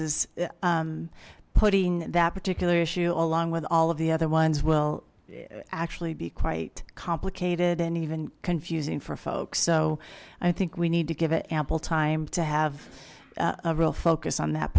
is putting that particular issue along with all of the other ones will actually be quite complicated and even confusing for folks so i think we need to give it ample time to have a real focus on that